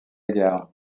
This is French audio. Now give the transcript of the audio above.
gare